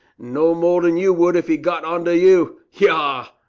no more than you would if he got on to you. yah!